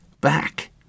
back